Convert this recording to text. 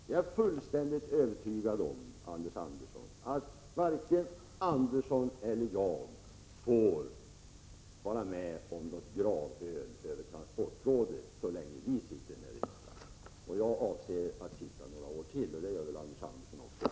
Jag är fullständigt övertygad om att varken Anders Andersson eller jag får vara med om något gravöl över transportrådet så länge vi sitter här i riksdagen. Jag avser att sitta några år till, och det gör väl Anders Andersson också.